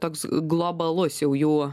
toks globalus jau jų